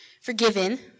forgiven